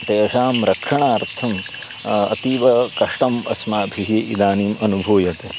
तेषां रक्षणार्थम् अतीव कष्टम् अस्माभिः इदानीम् अनुभूयते